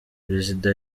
perezida